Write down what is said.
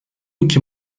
iki